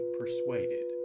persuaded